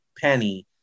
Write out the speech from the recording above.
Penny